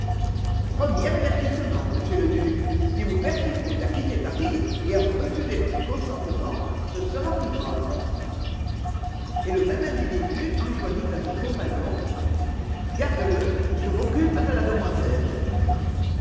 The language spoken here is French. premier avertissement monsieur le duc si vous persistez à quitter paris et à me refuser votre consentement ce sera plus grave et le même individu enjoignit à son compagnon garde-le je m'occupe de la demoiselle